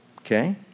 Okay